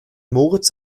moritz